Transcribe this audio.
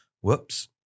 Whoops